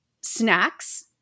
snacks